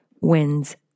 wins